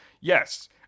yes